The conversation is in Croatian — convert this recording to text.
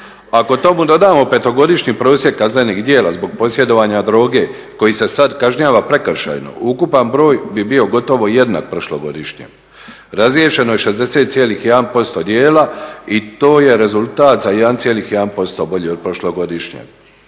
Ako tomu dodamo 5-godišnji prosjek kaznenih djela zbog posjedovanja droge koji se sad kažnjava prekršajno, ukupan broj bi bio gotovo jednak prošlogodišnjem. Razriješeno je 60,1% djela, i to je rezultat za 1,1% bolji od prošlogodišnjeg.